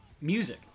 Music